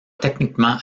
techniquement